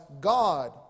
God